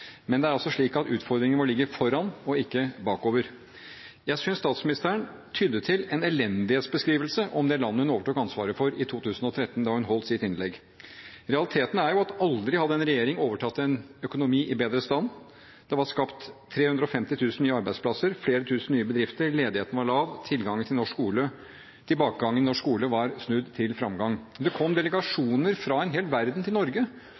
men det er altså slik at utfordringene må ligge foran og ikke bakover. Jeg synes statsministeren tydde til en elendighetsbeskrivelse av det landet hun overtok ansvaret for i 2013 da hun holdt sitt innlegg. Realiteten er at aldri hadde en regjering overtatt en økonomi i bedre stand. Det var skapt 350 000 nye arbeidsplasser, flere tusen nye bedrifter, ledigheten var lav, tilbakegangen i norsk skole var snudd til framgang. Det kom delegasjoner fra en hel verden til Norge